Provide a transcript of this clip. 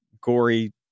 gory